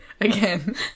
Again